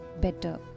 better